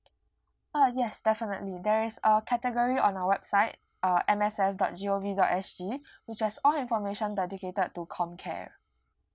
ah yes definitely there is a category on our website uh M S F dot G O V dot S G which has all information dedicated to comcare